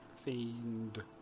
Fiend